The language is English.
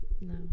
No